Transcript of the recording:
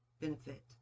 benefit